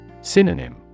Synonym